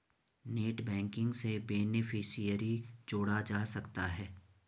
net banking से beneficiary जोड़ा जा सकता है